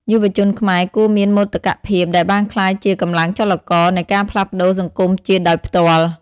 យុវជនខ្មែរគួរមានមោទកភាពដែលបានក្លាយជា "កម្លាំងចលករ" នៃការផ្លាស់ប្តូរសង្គមជាតិដោយផ្ទាល់។